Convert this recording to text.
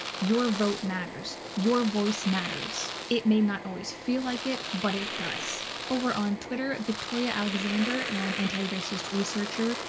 your vote matters. your voice matters. it may not always feel like it, but it does. over on twitter victoria alexander, an anti-racist researcher,